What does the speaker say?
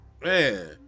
Man